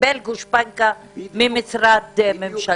קיבל גושפנקא ממשרד ממשלתי.